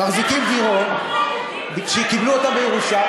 מחזיקים דירות שקיבלו אותן בירושה,